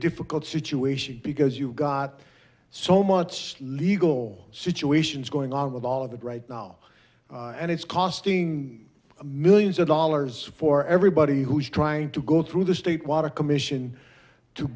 difficult situation because you've got so much legal situations going on with all of it right now and it's costing millions of dollars for everybody who's trying to go through the state water commission to